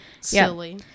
silly